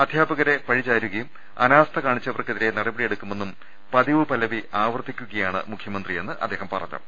അധ്യാപകരെ പഴിചാരുകയും അനാസ്ഥ കാണിച്ചവർക്കെതിരെ നടപടിയെടുക്കു മെന്നും പതിവ് പല്ലവി ആവർത്തിക്കുകയാണ് മുഖ്യമന്ത്രിയെന്നും അദ്ദേഹം പറഞ്ഞു